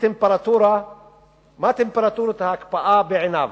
מה טמפרטורות ההקפאה בעיניו?